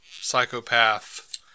psychopath